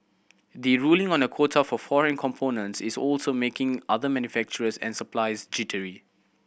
the ruling on a quota for foreign components is also making other manufacturers and suppliers jittery